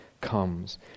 comes